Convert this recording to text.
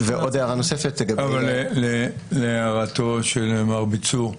עוד הערה נוספת לגבי --- להערתו של מר ביצור,